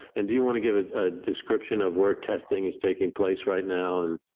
and do you want to give a ah description of work? testing is taking place right now.